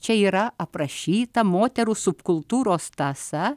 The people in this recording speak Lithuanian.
tai yra apraše yra aprašyta moterų subkultūros tąsa